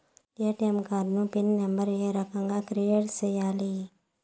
ATM card pin number ఏ రకంగా create సేయాలి